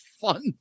fun